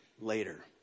later